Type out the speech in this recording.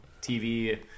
TV